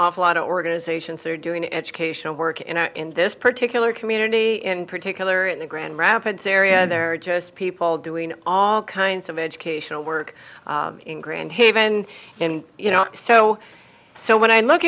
awful lot of organizations that are doing educational work in this particular community in particular in the grand rapids area and there are just people doing all kinds of educational work in grand haven and you know so so when i look